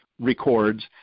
records